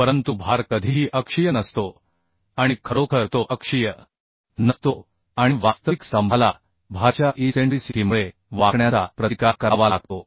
परंतु भार कधीही अक्षीय नसतो आणि खरोखर तो अक्षीय नसतो आणि वास्तविक स्तंभाला भारच्या इसेंट्रीसिटीमुळे बेन्डींगचा प्रतिकार करावा लागतो